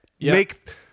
make